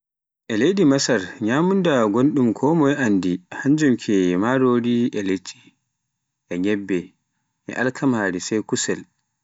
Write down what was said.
E leydi Masar nyamunda gonɗum konmoye anndi e hannjum ke marori e liɗɗi e nyebbe e Alkamari sai kusel.